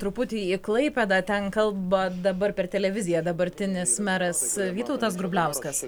truputį į klaipėdą ten kalba dabar per televiziją dabartinis meras vytautas grubliauskas